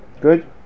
good